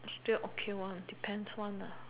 still okay one depends one lah